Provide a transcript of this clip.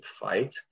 fight